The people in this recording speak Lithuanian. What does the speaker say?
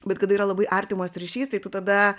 bet kada yra labai artimas ryšys tai tu tada